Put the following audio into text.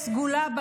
"סגולה",